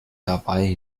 dabei